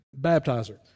baptizer